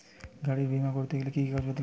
গাড়ীর বিমা করতে কি কি কাগজ লাগে?